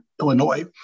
Illinois